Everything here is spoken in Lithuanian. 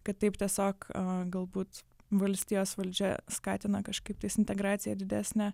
kad taip tiesiog galbūt valstijos valdžia skatina kažkaiptais integracija didesnė